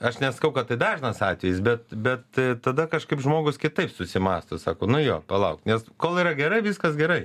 aš nesakau kad tai dažnas atvejis bet bet tada kažkaip žmogus kitaip susimąsto sako nu jo palaukti nes kol yra gerai viskas gerai